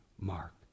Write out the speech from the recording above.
Mark